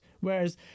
whereas